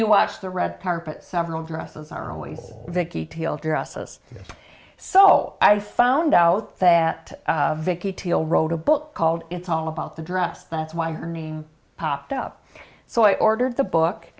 you watch the red carpet several dresses are always vicki teal dresses so i found out that vicki teal wrote a book called it's all about the dress that's why her name popped up so i ordered the book